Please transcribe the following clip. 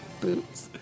boots